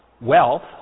wealth